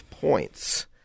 points